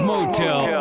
Motel